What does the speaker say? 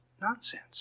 nonsense